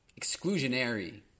exclusionary